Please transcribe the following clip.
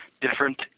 different